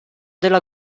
della